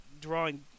drawing